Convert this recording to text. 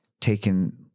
Taken